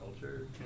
culture